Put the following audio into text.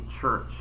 church